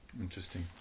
interesting